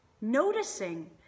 noticing